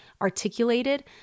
articulated